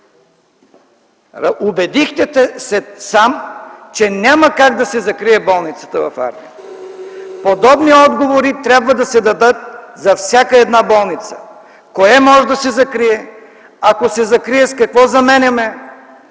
Убедихте се сам, че няма как да се закрие болницата в Ардино. Подобни отговори трябва да се дадат за всяка една болница – кое може да се закрие, ако се закрие, с какво заменяме,